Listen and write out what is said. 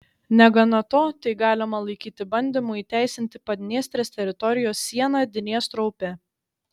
negana to tai galima laikyti bandymu įteisinti padniestrės teritorijos sieną dniestro upe